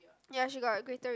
ya she got greater